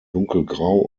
dunkelgrau